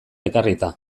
ekarrita